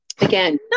Again